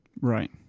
right